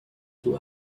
two